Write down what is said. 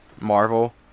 Marvel